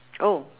oh